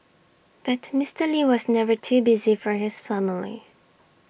but Mister lee was never too busy for his family